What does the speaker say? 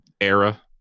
era